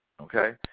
okay